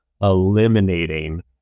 eliminating